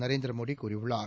நரேந்திரமோடி கூறியுள்ளார்